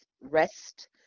rest